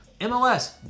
MLS